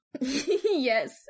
Yes